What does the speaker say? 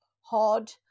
hard